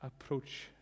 approach